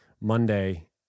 Monday